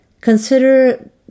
consider